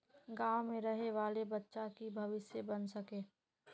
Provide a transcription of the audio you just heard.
गाँव में रहे वाले बच्चा की भविष्य बन सके?